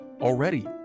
already